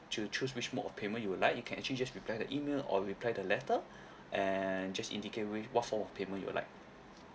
to choose which mode of payment you would like you can actually just reply the email or reply the letter and just indicate with what form of payment you would like